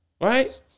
right